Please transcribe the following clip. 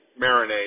marinade